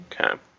okay